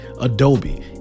adobe